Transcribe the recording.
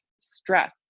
stress